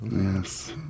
Yes